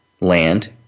land